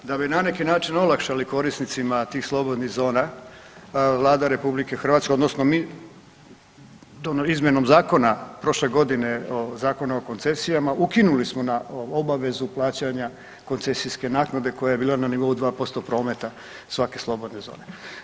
Da bi na neki način olakšali korisnicima tih slobodnih zona Vlada RH odnosno mi, izmjenom zakona prošle godine, Zakona o koncesijama ukinuli smo na obavezu plaćanja koncesijske naknade koje je bila na nivou 2% prometa svake slobodne zone.